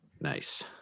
Nice